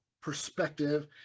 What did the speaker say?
perspective